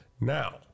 Now